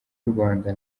rwanda